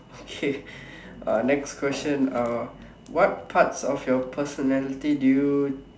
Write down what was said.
okay uh next question uh what parts of your personality do you